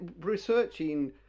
Researching